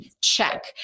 Check